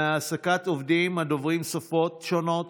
מהעסקת עובדים הדוברים שפות שונות